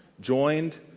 joined